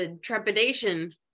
trepidation